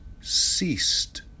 ceased